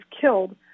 killed